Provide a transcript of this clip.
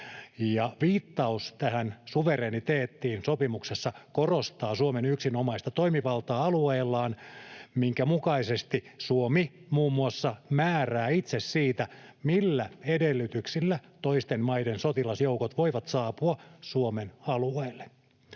Viittaus tähän suvereniteettiin sopimuksessa korostaa Suomen yksinomaista toimivaltaa alueellaan, minkä mukaisesti Suomi muun muassa määrää itse siitä, millä edellytyksillä toisten maiden sotilasjoukot voivat saapua Suomen alueelle.